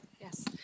Yes